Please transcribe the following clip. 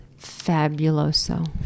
fabuloso